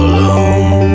Alone